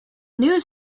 news